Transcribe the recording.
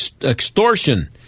extortion